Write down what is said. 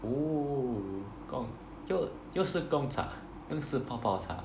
!woo! gong~ 就就是 Gong Cha 又是泡泡茶